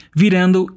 virando